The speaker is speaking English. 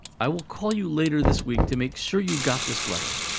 i will call you later this week to make sure you got this letter.